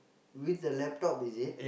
with the laptop is it